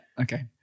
okay